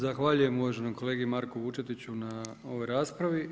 Zahvaljujem uvaženom kolegi Marku Vučetiću na ovoj raspravi.